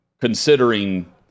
considering